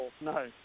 no